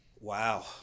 Wow